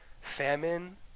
famine